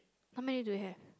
how many do you have